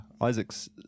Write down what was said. isaac's